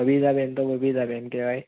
બબીતાબેન તો બબીતાબેન કહેવાય